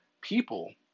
people